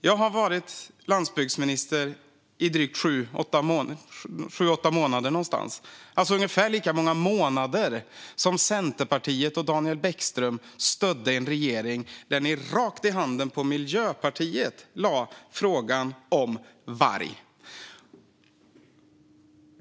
Jag har varit landsbygdsminister i sju åtta månader, alltså i ungefär lika många månader som antalet år som Centerpartiet och Daniel Bäckström stödde en regering där ni direkt i handen på Miljöpartiet lade frågan om varg.